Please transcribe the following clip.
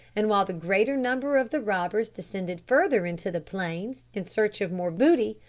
and while the greater number of the robbers descended further into the plains in search of more booty,